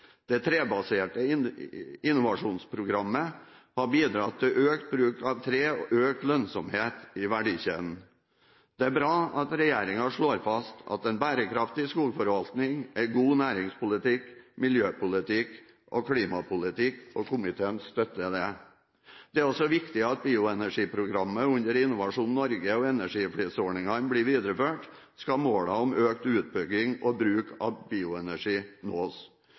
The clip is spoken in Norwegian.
Det trebaserte innovasjonsprogrammet har bidratt til økt bruk av tre og økt lønnsomhet i verdikjeden. Det er bra at regjeringen slår fast at en bærekraftig skogforvaltning er god næringspolitikk, miljøpolitikk og klimapolitikk, og komiteen støtter det. Det er også viktig at bioenergiprogrammet under Innovasjon Norge og energiflisordningene blir videreført, hvis målene om økt utbygging og bruk av bioenergi skal nås.